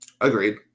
Agreed